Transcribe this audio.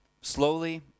slowly